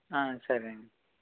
ఆ సరేనండి